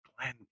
Glenn